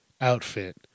outfit